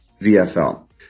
VFL